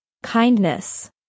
kindness